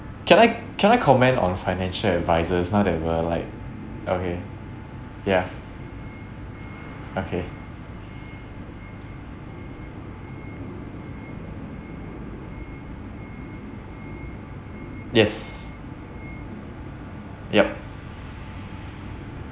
can I can I comment on financial advisers now that we're like okay ya okay yes yup